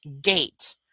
gate